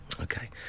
Okay